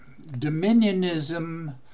Dominionism